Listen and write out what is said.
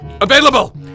Available